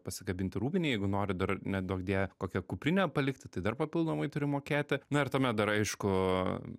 pasikabinti rūbinėj jeigu nori dar neduok dieve kokią kuprinę palikti tai dar papildomai turi mokėti na ir tuomet dar aišku